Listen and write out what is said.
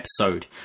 episode